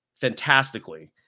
fantastically